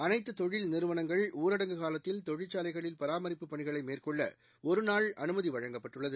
அனைத்துதொழில் நிறுவனங்கள் ஊரடங்கு காலத்தில் தொழிற்சாலைகளில் பராமரிப்பு பணிகளைமேற்கொள்ளஒருநாள் அனுமதிவழங்கப்பட்டுள்ளது